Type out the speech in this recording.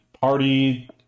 party